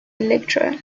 electra